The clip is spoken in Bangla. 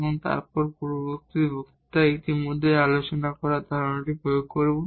এবং আমরা পূর্ববর্তী বক্তৃতায় ইতিমধ্যে আলোচনা করা ধারণাটি প্রয়োগ করব